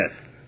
Yes